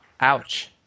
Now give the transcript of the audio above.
ouch